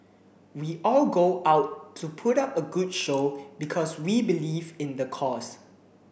we go all out to put up a good show because we believe in the cause